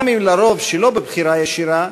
גם אם לרוב שלא בבחירה ישירה,